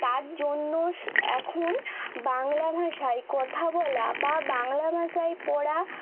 তার জন্য এখন বাংলা ভাষায় কথা বলা বা বাংলা ভাষায় পড়া